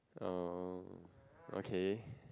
um okay